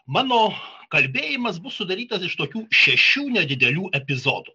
mano kalbėjimas bus sudarytas iš tokių šešių nedidelių epizodų